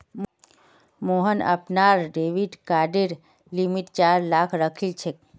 मोहन अपनार डेबिट कार्डेर लिमिट चार लाख राखिलछेक